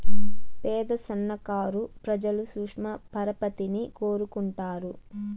పేద సన్నకారు ప్రజలు సూక్ష్మ పరపతిని కోరుకుంటారు